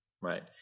right